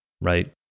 right